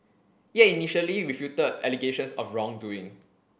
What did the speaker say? it initially refuted allegations of wrongdoing